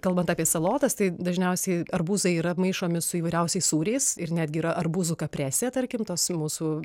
kalbant apie salotas tai dažniausiai arbūzai yra maišomi su įvairiausiais sūriais ir netgi yra arbūzų kapresė tarkim tos mūsų